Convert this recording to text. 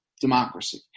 democracy